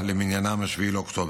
למניינם 7 באוקטובר.